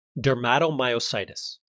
Dermatomyositis